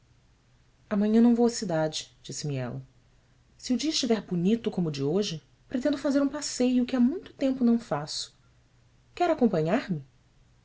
amanhã não vou à cidade disse-me ela e o dia estiver bonito como o de hoje pretendo fazer um passeio que há muito tempo não faço quer acompanhar-me